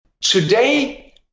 today